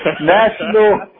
national